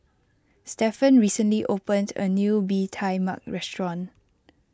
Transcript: Stefan recently opened a new Bee Tai Mak restaurant